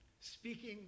speaking